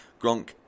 Gronk